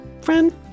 Friend